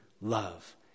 love